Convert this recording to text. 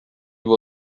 vous